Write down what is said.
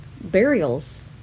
burials